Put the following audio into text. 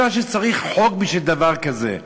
אני לא חושב שצריך חוק בשביל דבר כזה.